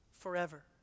Forever